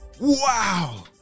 Wow